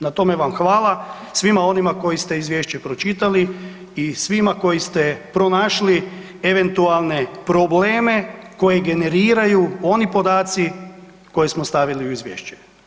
Na tome vam hvala, svima onima koji ste izvješće pročitali i svima koji ste pronašli eventualne probleme koje generiraju oni podaci koje smo stavili u izvješće.